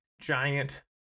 giant